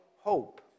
hope